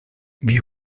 wie